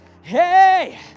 Hey